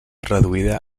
reduïda